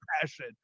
passion